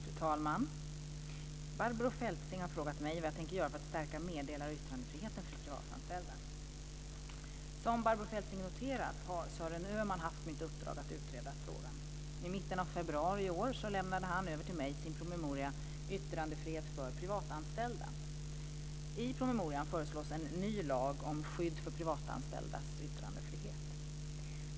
Fru talman! Barbro Feltzing har frågat mig vad jag tänker göra för att stärka meddelar och yttrandefriheten för privatanställda. Som Barbro Feltzing noterat har Sören Öman haft mitt uppdrag att utreda den frågan. I mitten av februari i år lämnade han över till mig sin promemoria Yttrandefrihet för privatanställda . I promemorian föreslås en ny lag om skydd för privatanställdas yttrandefrihet.